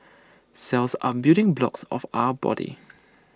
cells are building blocks of our body